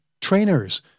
trainers